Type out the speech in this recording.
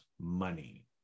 money